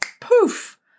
poof